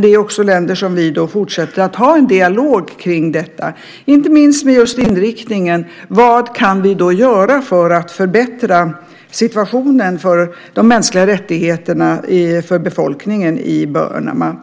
Det är också länder som vi fortsätter att ha en dialog med om detta, inte minst med inriktning på vad vi kan göra för att förbättra situationen för de mänskliga rättigheterna för befolkningen i Burma.